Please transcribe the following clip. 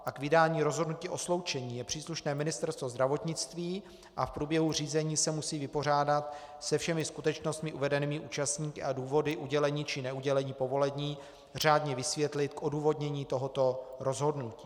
K vydání rozhodnutí o sloučení je příslušné Ministerstvo zdravotnictví a v průběhu řízení se musí vypořádat se všemi skutečnostmi uvedenými účastníky a důvody udělení či neudělení povolení, řádně vysvětlit odůvodnění tohoto rozhodnutí.